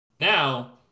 Now